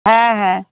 হ্যাঁ হ্যাঁ